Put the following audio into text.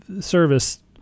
service